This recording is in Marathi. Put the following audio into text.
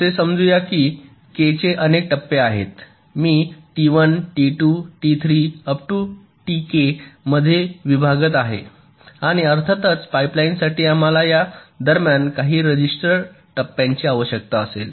असे समजू या की k चे अनेक टप्पे आहेत मी T1 T2 T3 Tk मध्ये विभागत आहे आणि अर्थातच पाइपलाइनसाठी आम्हाला या दरम्यान काही रेजिस्टर टप्प्यांची आवश्यकता असेल